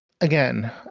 again